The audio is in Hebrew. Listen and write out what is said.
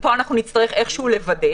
פה אנחנו נצטרך איכשהו לוודא.